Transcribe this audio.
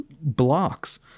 blocks